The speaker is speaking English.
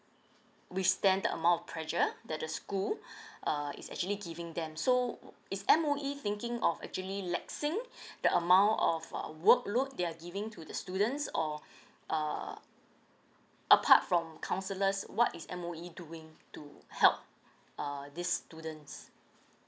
withstand the amount of pressure that the school uh is actually giving them so is M_O_E thinking of actually let sync the amount of uh work load they are giving to the students or uh apart from counsellors what is M_O_E doing to help err this students